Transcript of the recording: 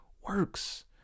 works